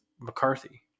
McCarthy